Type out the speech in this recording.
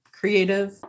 creative